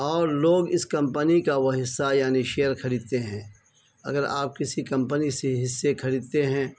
اور لوگ اس کمپنی کا وہ حصہ یعنی شیئر خریدتے ہیں اگر آپ کسی کمپنی سے حصے خریدتے ہیں